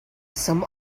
some